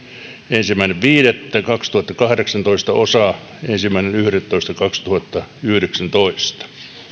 ensimmäinen viidettä kaksituhattakahdeksantoista osan ensimmäinen yhdettätoista kaksituhattayhdeksäntoista